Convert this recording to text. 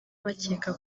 bakeka